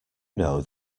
know